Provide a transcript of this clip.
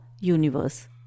universe